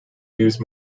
used